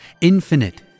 infinite